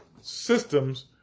systems